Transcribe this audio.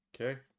Okay